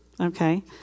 Okay